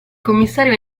commissario